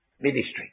Ministry